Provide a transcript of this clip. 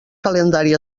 calendari